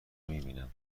میبینم